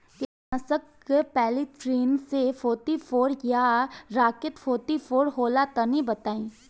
कीटनाशक polytrin C forty four या rocket forty four होला तनि बताई?